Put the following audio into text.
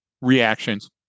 reactions